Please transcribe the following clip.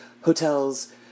hotels